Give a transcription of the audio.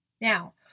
now